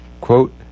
Quote